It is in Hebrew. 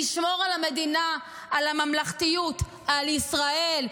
לשמור על המדינה, על הממלכתיות, על ישראל,